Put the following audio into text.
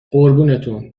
قربونتون